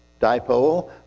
dipole